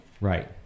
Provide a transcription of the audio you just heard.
Right